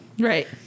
Right